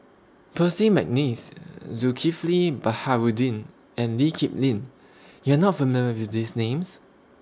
Percy Mcneice Zulkifli Baharudin and Lee Kip Lin YOU Are not familiar with These Names